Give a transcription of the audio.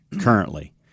currently